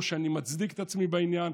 לא שאני מצדיק את עצמי בעניין.